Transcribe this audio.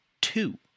Two